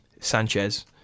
Sanchez